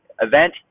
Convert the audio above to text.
event